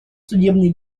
судебной